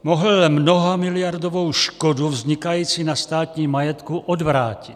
Mohl mnohamiliardovou škodu vznikající na státním majetku odvrátit.